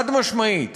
חד-משמעית,